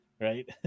Right